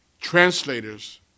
Translators